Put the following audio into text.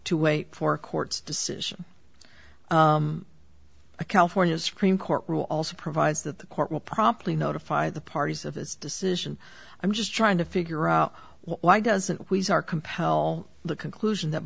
to wait for court's decision a california supreme court rule also provides that the court will promptly notify the parties of his decision i'm just trying to figure out why doesn't compel the conclusion that